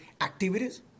activities